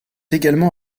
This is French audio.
également